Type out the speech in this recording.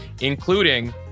including